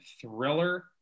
thriller